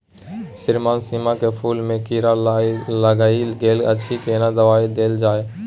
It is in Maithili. श्रीमान सीम के फूल में कीरा लाईग गेल अछि केना दवाई देल जाय?